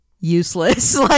useless